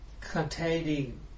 containing